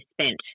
spent